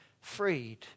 freed